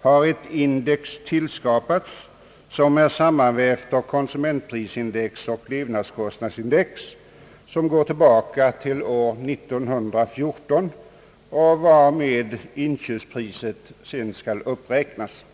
har ett index tillskapats som är sammanvävt av konsumentprisindex och levnadskostnadsindex, som går tillbaka till år 1914. Med detta indextal skall inköpspriset uppräknas.